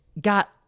got